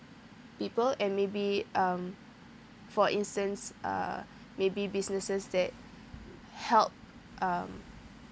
people and maybe um for instance uh maybe businesses that help um